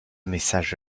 message